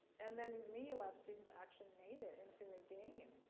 and then these media lab students actually made it into a game,